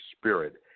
spirit